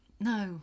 No